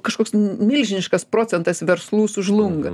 kažkoks n milžiniškas procentas verslų sužlunga